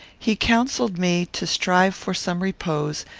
he counselled me to strive for some repose,